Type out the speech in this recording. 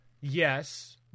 Yes